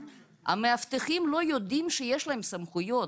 המאבטחים לא יודעים שיש להם סמכויות.